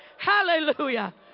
Hallelujah